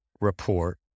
report